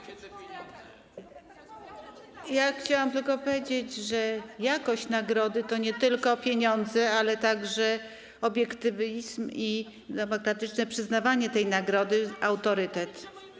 Chciałam tylko powiedzieć, że jakość nagrody to nie tylko pieniądze, ale także obiektywizm i demokratyczne przyznawanie tej nagrody - autorytet.